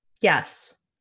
Yes